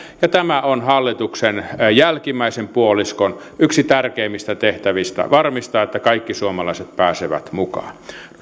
ja tämä on hallituksen jälkimmäisen puoliskon yksi tärkeimmistä tehtävistä varmistaa että kaikki suomalaiset pääsevät mukaan no